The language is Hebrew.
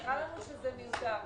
נראה לנו שזה מיותר.